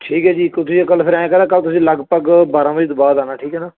ਠੀਕ ਹੈ ਜੀ ਕੁਝ ਇਹ ਗੱਲ ਫੇਰ ਐਂ ਕਰੋ ਕੱਲ੍ਹ ਤੁਸੀਂ ਲਗਭਗ ਬਾਰ੍ਹਾਂ ਵਜੇ ਤੋਂ ਬਾਅਦ ਆਉਣਾ ਠੀਕ ਹੈ ਨਾ